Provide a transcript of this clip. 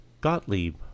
Gottlieb